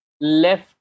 left